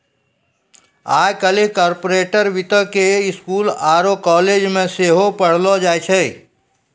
आइ काल्हि कार्पोरेट वित्तो के स्कूलो आरु कालेजो मे सेहो पढ़ैलो जाय छै